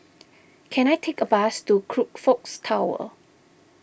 can I take a bus to Crockfords Tower